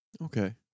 Okay